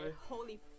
Holy